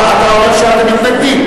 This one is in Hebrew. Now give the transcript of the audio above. אז אתה אומר שאתם מתנגדים.